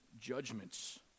judgments